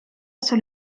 son